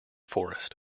forest